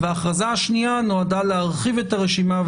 וההכרזה השנייה נועדה להרחיב את הרשימה,